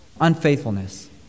Unfaithfulness